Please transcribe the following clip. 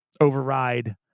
override